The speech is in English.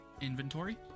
inventory